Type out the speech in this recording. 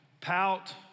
Pout